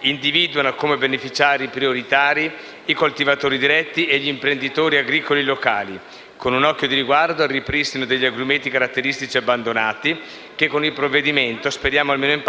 individuano come beneficiari prioritari i coltivatori diretti e gli imprenditori agricoli locali, con un occhio di riguardo al ripristino degli agrumeti caratteristici abbandonati che con il provvedimento in esame speriamo